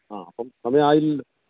ആ അപ്പം സമയം ആയില്ലല്ലോ